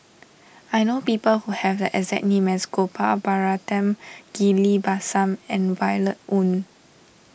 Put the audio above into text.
I know people who have the exact name as Gopal Baratham Ghillie Basan and Violet Oon